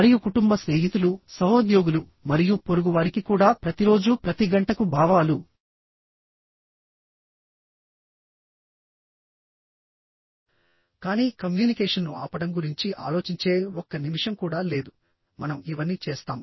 మరియు కుటుంబ స్నేహితులు సహోద్యోగులు మరియు పొరుగువారికి కూడా ప్రతిరోజూ ప్రతి గంటకు భావాలు కానీ కమ్యూనికేషన్ను ఆపడం గురించి ఆలోచించే ఒక్క నిమిషం కూడా లేదు మనం ఇవన్నీ చేస్తాము